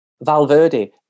Valverde